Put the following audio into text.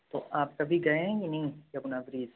तो आप कभी गए हैं या नहीं यमुना ब्रिज